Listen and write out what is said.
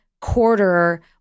quarter